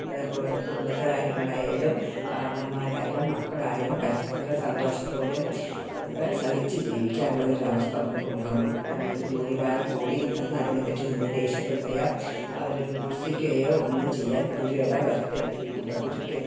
അതേപോലെ കുടുംബത്തെ കാര്യങ്ങളായാലും കാർന്നവന്മാർ ആയാലും മക്കൾ ആയാലും പരസ്പരം സന്തോഷത്തോടും ഒക്കെ സഹിച്ച് ജീവിക്കാനുള്ള ഒരു അവസ്ഥ നമ്മൾക്ക് ഉണ്ടാവണം അതിലൊരു ജോലി ഭാരം കൂടിയെന്നും പറഞ്ഞ് അതിനെപ്പറ്റി നമ്മൾ ദേഷ്യപ്പെടുകയോ അവരെ വിമർശിക്കുകയോ ഒന്നും ചെയ്യാൻ ഒരു ഇട വരുത്തരുത് നമ്മുടെ ഒരിക്കലും